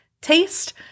Taste